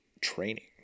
training